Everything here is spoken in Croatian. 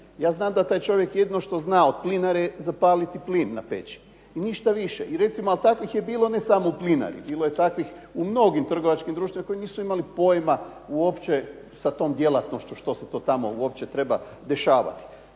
Ja znam da taj čovjek jedino što zna od plinare je zapaliti plin na peći i ništa više. I recimo a takvih je bilo ne samo u "Plinari" bilo je takvih u mnogim trgovačkim društvima koji nisu imali pojma uopće sa tom djelatnošću što se to tamo uopće treba dešavati.